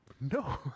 No